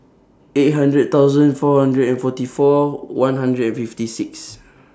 eight hundred thousand four hundred and forty four one hundred and fifty six